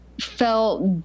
felt